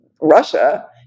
Russia